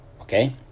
Okay